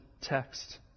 text